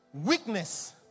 Weakness